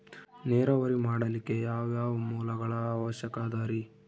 ನೇರಾವರಿ ಮಾಡಲಿಕ್ಕೆ ಯಾವ್ಯಾವ ಮೂಲಗಳ ಅವಶ್ಯಕ ಅದರಿ?